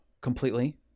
completely